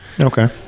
Okay